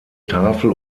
tafel